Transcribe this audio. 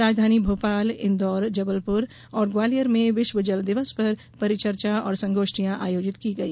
राजधानी भोपाल इन्दौर जबलपुर और ग्वालियर में विश्व जल दिवस पर परिचर्चा और संगोष्ठियां आयोजित की गई